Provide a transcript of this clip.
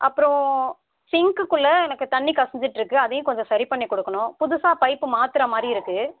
அப்புறோம் சின்ங்க்குக்குள்ளே எனக்கு தண்ணி கசிஞ்சுட்ருக்கு அதையும் கொஞ்சம் சரி பண்ணி கொடுக்குணும் புதுசாக பைப் மாத்துகிற மாதிரி இருக்கு